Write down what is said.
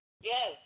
Yes